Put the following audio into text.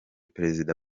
perezida